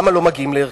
למה לא מגיעים להרכב?